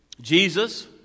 Jesus